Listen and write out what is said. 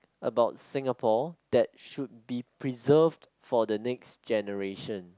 about Singapore that should be preserved for the next generation